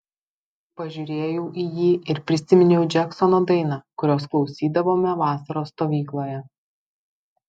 pažiūrėjau į jį ir prisiminiau džeksono dainą kurios klausydavome vasaros stovykloje